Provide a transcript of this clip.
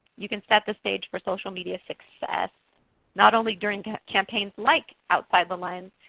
you can set the stage for social media success not only during campaigns like outside the lines,